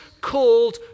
called